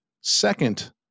second